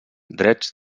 drets